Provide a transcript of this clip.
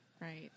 Right